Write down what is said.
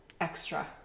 extra